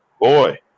Boy